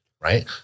Right